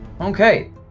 Okay